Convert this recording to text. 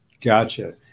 Gotcha